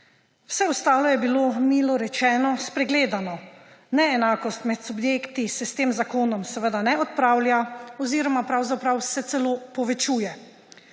Vse ostalo je bilo, milo rečeno, spregledano. Neenakost med subjekti se s tem zakonom seveda ne odpravlja oziroma pravzaprav se celo povečuje.